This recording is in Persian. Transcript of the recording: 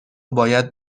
باید